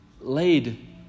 laid